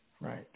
Right